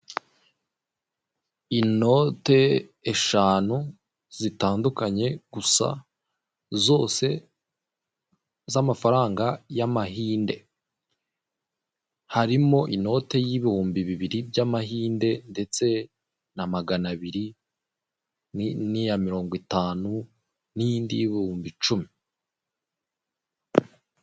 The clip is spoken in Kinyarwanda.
Inote eshanu zitandukanye gusa zose z'amafaranga y'amahinde harimo inote y'ibihumbi bibiri by'amahinde ndetse na maganabiri n'iya mirongo itanu n'iyindi y'ibihumbi icumi.